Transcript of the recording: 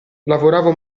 lavorava